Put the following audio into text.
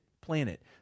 planet